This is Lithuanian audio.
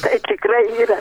taip tikrai yra